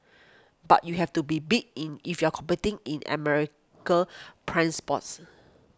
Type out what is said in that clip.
but you have to be big in if you're competing in America's prime spots